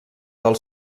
del